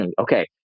okay